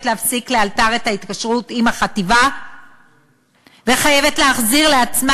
להפסיק לאלתר את ההתקשרות עם החטיבה וחייבת להחזיר לעצמה,